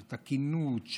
של תקינות,